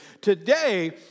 Today